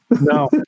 No